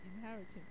inheritance